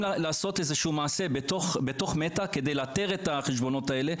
לעשות מעשה בתוך מטא כדי לא לאפשר זאת,